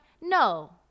No